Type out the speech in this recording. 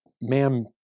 ma'am